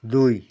ଦୁଇ